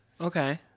Okay